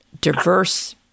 diverse